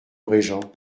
régent